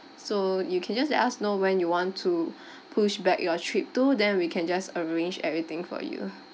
so you can just let us know when you want to push back your trip to then we can just arrange everything for you